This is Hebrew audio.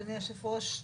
אדוני היושב-ראש,